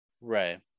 Right